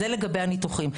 זה לגבי הניתוחים.